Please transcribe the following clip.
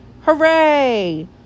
Hooray